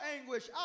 anguish